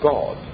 God